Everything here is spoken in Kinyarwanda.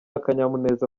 akanyamuneza